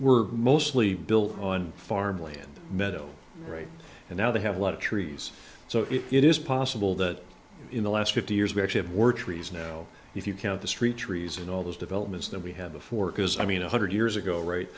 were mostly built on farmland meadow right and now they have a lot of trees so it is possible that in the last fifty years we actually have were trees now if you count the street trees and all those developments that we had before because i mean a hundred years ago right